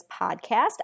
podcast